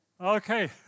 Okay